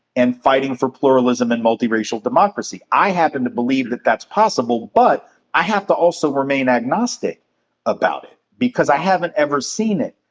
and fighting for pluralism and multiracial democracy? i happen to believe that that's possible, but i have to also remain agnostic about it because i haven't ever seen it.